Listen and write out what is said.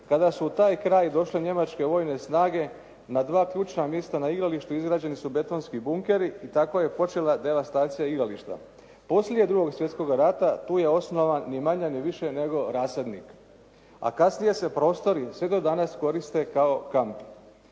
kada su u taj kraj došle njemačke vojne snage. Na dva ključna mjesta na igralištu izgrađeni su betonski bunkeri i tako je počela devastacija igrališta. Poslije Drugog svjetskoga rata tu je osnovan ni manje ni više nego rasadnik. A kasnije se prostori sve do danas koriste kao kamp.